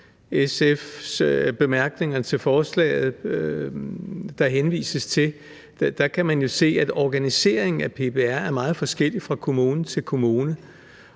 SF's bemærkninger til forslaget, kan man jo se, at organiseringen af PPR er meget forskellig fra kommune til kommune,